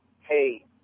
hey